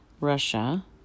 Russia